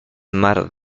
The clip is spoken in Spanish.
mar